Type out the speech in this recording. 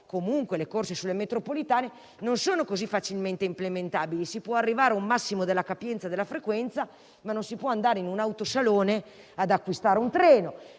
comunque sulle metropolitane non sono così facilmente implementabili; si può arrivare a un massimo della capienza della frequenza, ma non si può andare in un autosalone ad acquistare un treno.